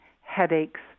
headaches